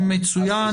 מצוין.